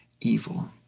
evil